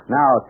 Now